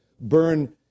burn